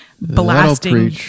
blasting